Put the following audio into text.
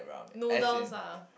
noodles lah